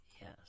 Yes